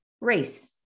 race